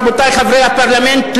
רבותי חברי הפרלמנט,